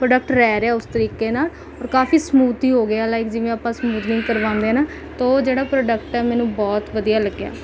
product ਰਹਿ ਰਿਹਾ ਉਸ ਤਰੀਕੇ ਨਾਲ ਔਰ ਕਾਫੀ ਸਮੂਥੀ ਹੋ ਗਏ ਲਾਈਕ ਜਿਵੇਂ ਆਪਾਂ ਸਮੂਥਨਿੰਗ ਕਰਵਾਉਂਦੇ ਆ ਨਾ ਤਾਂ ਉਹ ਜਿਹੜਾ ਪ੍ਰੋਡਕਟ ਹੈ ਮੈਨੂੰ ਬਹੁਤ ਵਧੀਆ ਲੱਗਿਆ